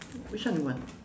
which one you want